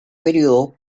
período